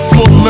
Full